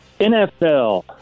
NFL